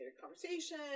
conversation